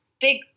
big